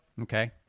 Okay